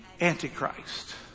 Antichrist